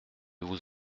vous